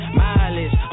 mileage